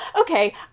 okay